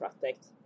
protect